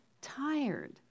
tired